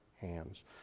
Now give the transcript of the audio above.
hands